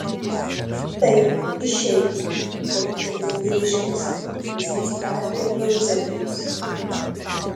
taip išeina burbtelėjo vyriškis ir prisistatė euzebijus